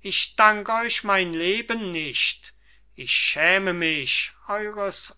ich dank euch mein leben nicht ich schäme mich eures